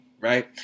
right